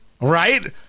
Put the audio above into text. Right